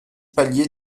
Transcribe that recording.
palier